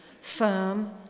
firm